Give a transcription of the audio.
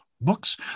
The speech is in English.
books